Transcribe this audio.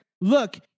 look